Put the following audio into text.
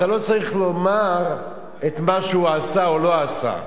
אתה לא צריך לומר את מה שהוא עשה או לא עשה.